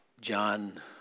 John